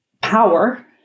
power